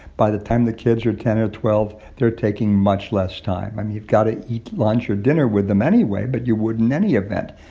by the time the kids are ten or twelve, they're taking much less time. i mean, you've got to eat lunch or dinner with them anyway, but you would in any event.